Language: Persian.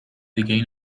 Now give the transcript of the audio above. دیگهای